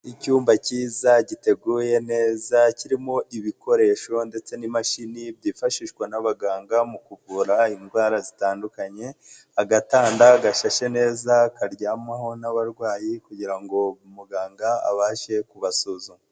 Icyumba cyiza giteguye neza kirimo ibikoresho ndetse n'imashini byifashishwa n'abaganga mu kuvura indwara zitandukanye, agatanda gashashe neza karyamwaho n'abarwayi kugira ngo muganga abashe kubasuzuma.